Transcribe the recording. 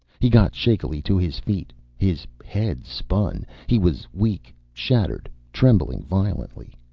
he got shakily to his feet. his head spun. he was weak, shattered, trembling violently.